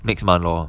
next month lor